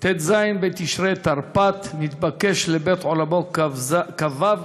בט"ז בתשרי תרפ"ט ונתבקש לבית-עולמו בכ"ו